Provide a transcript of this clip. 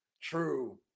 True